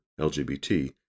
LGBT